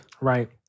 Right